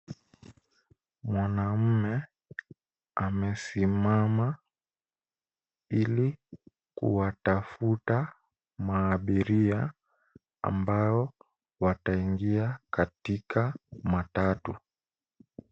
Mwanaume amesimama ili kuwatafuta maabiria ambao wataingia katika matatu.